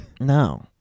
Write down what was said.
No